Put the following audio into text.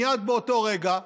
מייד באותו רגע,